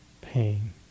pain